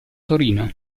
torino